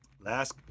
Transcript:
Last